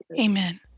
Amen